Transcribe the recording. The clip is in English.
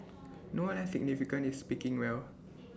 no less significant is speaking well